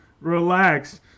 relax